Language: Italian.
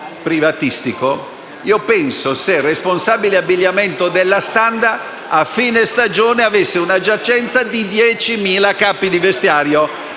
privatistico: se il responsabile abbigliamento della Standa a fine stagione avesse una giacenza di 10.000 capi di vestiario,